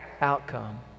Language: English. outcome